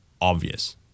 obvious